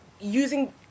using